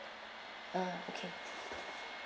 uh okay